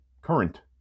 current